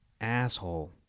asshole